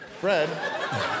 Fred